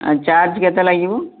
charge କେତେ ଲାଗିବ